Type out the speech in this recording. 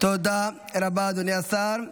תודה רבה, אדוני השר.